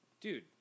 Dude